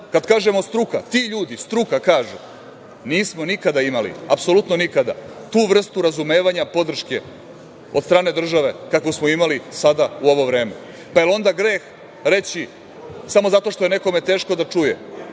kažemo struka, ti ljudi, struka, kažu – nismo nikada imali, apsolutno nikada, tu vrstu razumevanja podrške od strane države kakvu smo imali sada u ovo vreme. Pa, jel onda greh reći, samo zato što je nekome teško da čuje